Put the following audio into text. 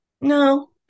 no